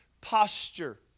posture